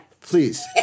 Please